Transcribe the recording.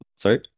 Sorry